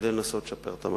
כדי לנסות לשפר את המצב.